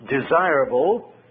desirable